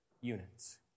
units